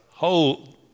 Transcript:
Whole